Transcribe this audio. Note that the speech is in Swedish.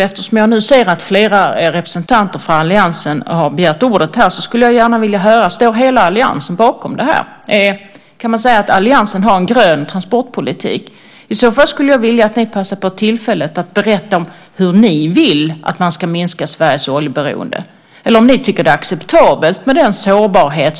Eftersom jag nu ser att flera representanter för alliansen har begärt ordet här så skulle jag gärna vilja höra om hela alliansen står bakom det här. Kan man säga att alliansen har en grön transportpolitik? I så fall skulle jag vilja att ni passar på att berätta om hur ni vill att man ska minska Sveriges oljeberoende. Eller tycker ni att det är acceptabelt med den här sårbarheten?